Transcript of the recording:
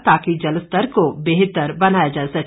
ताकि जलस्तर को बेहतर बनाया जा सके